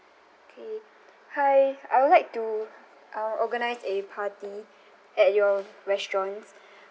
K hi I would like to uh organise a party at your restaurants